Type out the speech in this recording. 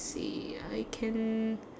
~s ya I can